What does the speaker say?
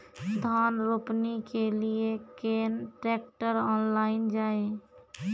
धान रोपनी के लिए केन ट्रैक्टर ऑनलाइन जाए?